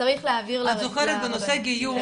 צריך להעביר --- בנושא דיור